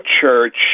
church